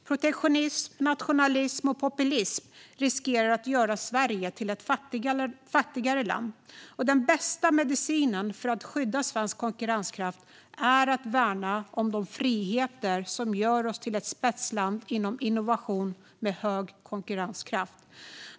Protektionism, nationalism och populism riskerar att göra Sverige till ett fattigare land. Den bästa medicinen för att skydda svensk konkurrenskraft är att värna om de friheter som gör oss till ett spetsland inom innovation med hög konkurrenskraft.